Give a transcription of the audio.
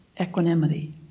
equanimity